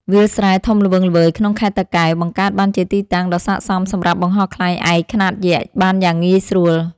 វាលស្រែធំល្វឹងល្វើយក្នុងខេត្តតាកែវ បង្កើតបានជាទីតាំងដ៏ស័ក្តិសមសម្រាប់បង្ហោះខ្លែងឯកខ្នាតយក្សបានយ៉ាងងាយស្រួល។